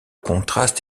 contraste